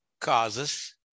causes